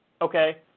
Okay